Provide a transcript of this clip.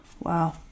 Wow